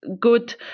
good